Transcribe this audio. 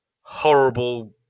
horrible